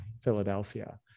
Philadelphia